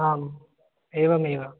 आम् एवमेव